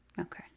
Okay